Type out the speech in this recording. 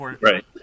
Right